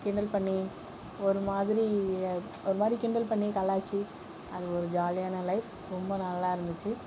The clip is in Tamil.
கிண்டல் பண்ணி ஒரு மாதிரி ஒரு மாதிரி கிண்டல் பண்ணி கலாய்ச்சி அது ஒரு ஜாலியான லைஃப் ரொம்ப நல்லா இருந்துச்சு